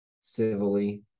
civilly